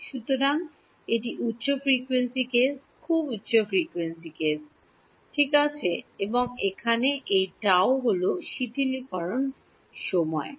সুতরাং এটি উচ্চ ফ্রিকোয়েন্সি কেস খুব উচ্চ ফ্রিকোয়েন্সি কেস ডান এবং এখানে এই tau হল শিথিলকরণ সময় বলা হয়